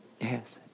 Yes